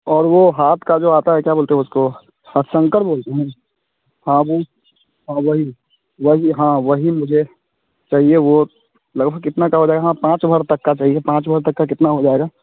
और वह हाथ का जो आता है क्या बोलते हैं उसको हाँ हाथ संकर बोलते हैं हाँ वही हाँ वही वही हाँ वही मुझे चाहिए वह लगभग कितना का हो जाएगा पाँच भर तक का चाहिए पाँच भर तक का कितना हो जाएगा